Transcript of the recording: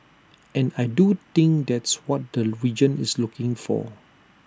and I do think that's what the region is looking for